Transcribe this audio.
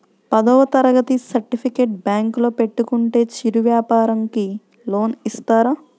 పదవ తరగతి సర్టిఫికేట్ బ్యాంకులో పెట్టుకుంటే చిరు వ్యాపారంకి లోన్ ఇస్తారా?